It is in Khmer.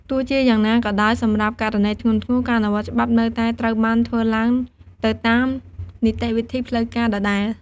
ទោះជាយ៉ាងណាក៏ដោយ សម្រាប់ករណីធ្ងន់ធ្ងរ ការអនុវត្តច្បាប់នៅតែត្រូវបានធ្វើឡើងទៅតាមនីតិវិធីផ្លូវការដដែល។